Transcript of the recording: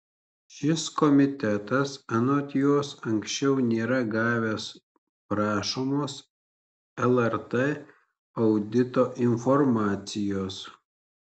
šis komitetas anot jos anksčiau nėra gavęs prašomos lrt audito informacijos